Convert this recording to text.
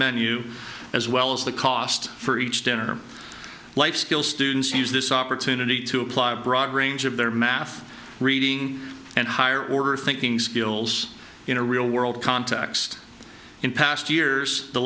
menu as well as the cost for each dinner life skill students use this opportunity to apply a broad range of their math reading and higher order thinking skills in a real world context in past years the